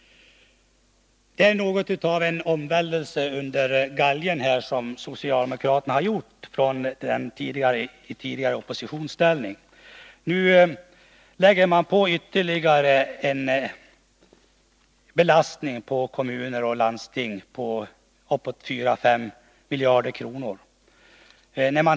Det är något av en omvändelse under galgen som socialdemokraterna nu visar upp jämfört med när de tidigare satt i oppositionsställning. Nu lägger de på ytterligare en belastning på kommuner och landsting med uppåt 4-5 miljarder kronor.